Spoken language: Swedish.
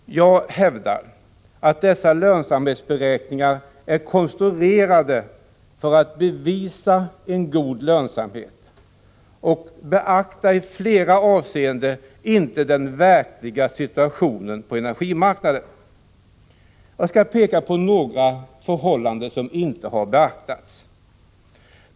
Jag hävdar att lönsamhetsberäkningarna är konstruerade för att bevisa en god lönsamhet och att de i flera avseenden inte beaktar den verkliga situationen på energimarknaden. Jag skall peka på några förhållanden som inte beaktats.